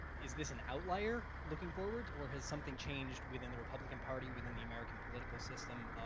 is this an outlier looking forward or has something changed within the republican party, within the american political system?